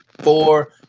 Four